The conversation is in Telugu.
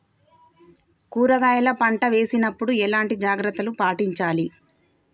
కూరగాయల పంట వేసినప్పుడు ఎలాంటి జాగ్రత్తలు పాటించాలి?